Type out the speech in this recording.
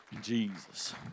Jesus